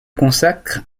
consacre